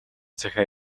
захиа